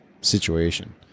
situation